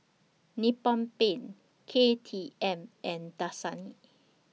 Nippon Paint K T M and Dasani